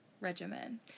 Regimen